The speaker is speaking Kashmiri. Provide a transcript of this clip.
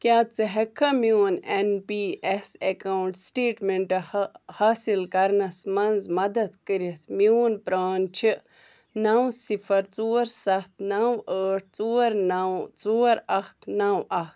کیٛاہ ژٕ ہیٚکہِ کھا میٚون N P S account statement حٲصل کرنَس منٛز مدد کٔرتھ میٛون پرٛان چھُ نَو صِفَر ژور سَتھ نَو ٲٹھ ژور نَو ژور اَکھ نَو اَکھ